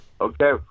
Okay